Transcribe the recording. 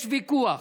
יש ויכוח,